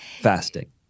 fasting